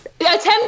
attempt